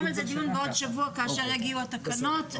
על זה דיון בעוד שבוע כאשר יגיעו התקנות.